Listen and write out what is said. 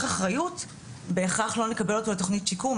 אחריות בהכרח לא נקבל אותו לתכנית שיקום.